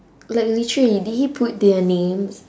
like literally did he put their names